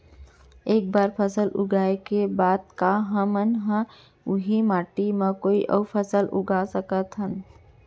एक बार फसल उगाए के बाद का हमन ह, उही माटी मा कोई अऊ फसल उगा सकथन?